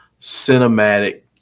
cinematic